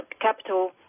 capital